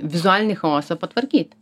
vizualinį chaosą patvarkyt